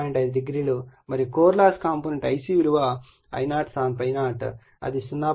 5o మరియు core loss component Ic విలువ I0 sin ∅0 అది 0